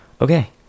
Okay